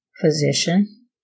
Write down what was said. physician